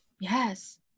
yes